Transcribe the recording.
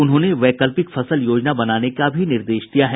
उन्होंने वैकल्पिक फसल योजना बनाने का भी निर्देश दिया है